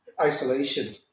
isolation